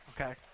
okay